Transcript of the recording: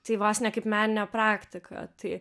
tai vos ne kaip meninę praktiką tai